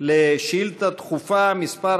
על שאילתה דחופה מס'